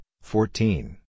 fourteen